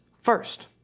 first